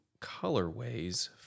colorways